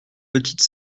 petite